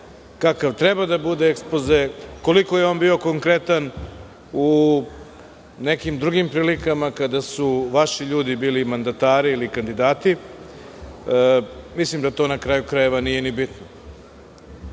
kakav treba da bude ekspoze, koliko je on bio konkretan u nekim drugim prilikama kada su vaši ljudi bili mandatari ili kandidati, mislim da na kraju krajeva to nije ni